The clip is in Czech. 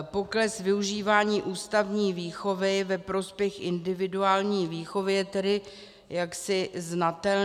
Pokles využívání ústavní výchovy ve prospěch individuální výchovy je tedy jaksi znatelný.